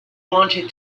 wanted